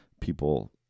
people